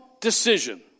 decision